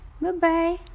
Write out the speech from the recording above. Bye-bye